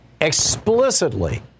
explicitly